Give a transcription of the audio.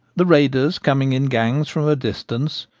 the raiders coming in gangs from a distance,